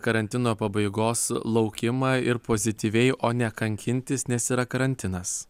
karantino pabaigos laukimą ir pozityviai o ne kankintis nes yra karantinas